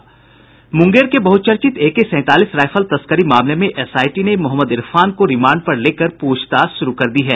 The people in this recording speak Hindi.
मुंगेर के बहुचर्चित एके सैंतालीस राइफल तस्करी मामले में एसआईटी ने मोहम्मद इरफान को रिमांड पर लेकर पूछताछ शुरू कर दी है